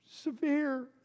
severe